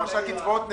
למשל, קצבאות נכים?